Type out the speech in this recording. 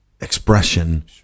expression